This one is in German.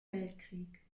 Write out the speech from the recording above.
weltkrieg